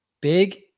big